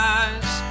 eyes